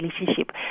relationship